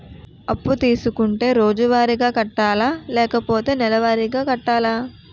అప్పు తీసుకుంటే రోజువారిగా కట్టాలా? లేకపోతే నెలవారీగా కట్టాలా?